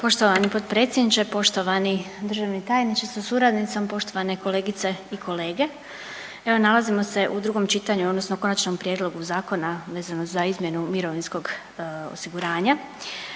poštovani potpredsjedniče, poštovani državni tajniče sa suradnicom, poštovane kolegice i kolege. Evo nalazimo se u drugom čitanju odnosno Konačnom prijedlogu zakona vezano za izmjenu mirovinskog osiguranja.